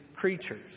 creatures